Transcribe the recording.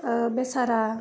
बेसारा